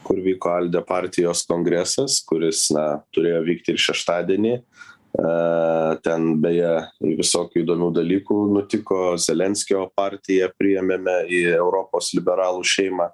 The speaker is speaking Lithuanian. kur vyko alde partijos kongresas kuris na turėjo vykti ir šeštadienį a ten beje visokių įdomių dalykų nutiko zelenskio partija priėmėme į europos liberalų šeimą